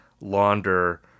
launder